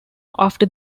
after